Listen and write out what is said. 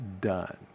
done